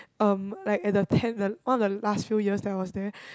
um like at the ten the all the last few years that I was there